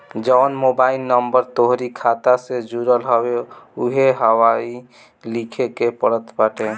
जवन mobile number तोहरी खाता से जुड़ल हवे उहवे इहवा लिखे के पड़त बाटे